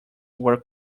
were